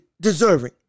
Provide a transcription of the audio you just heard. deserving